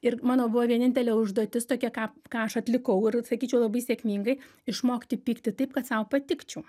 ir mano buvo vienintelė užduotis tokia ką ką aš atlikau ir sakyčiau labai sėkmingai išmokti pykti taip kad sau patikčiau